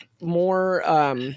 more